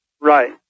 Right